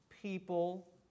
people